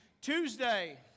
Tuesday